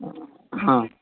હા